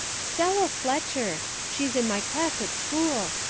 stella fletcher she's in my class at school.